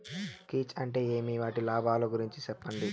కీచ్ అంటే ఏమి? వాటి లాభాలు గురించి సెప్పండి?